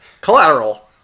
Collateral